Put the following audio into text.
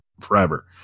forever